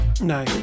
No